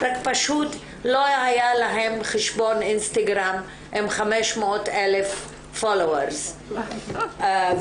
רק פשוט לא היה להן חשבון אינסטגרם עם 500,000 פולוארס ועוקבים.